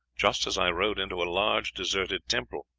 just as i rode into a large deserted temple.